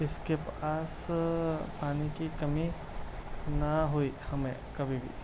اِس کے پاس پانی کی کمی نہ ہوئی ہمیں کبھی بھی